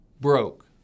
broke